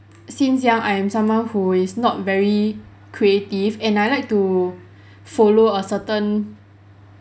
since young I am someone who is not very creative and I like to follow a certain